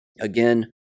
Again